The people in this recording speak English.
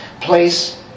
place